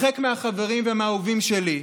הרחק מהחברים ומהאהובים שלי.